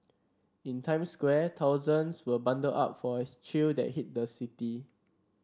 in Times Square thousands were bundled up for a chill that hit the city